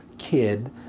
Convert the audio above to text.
kid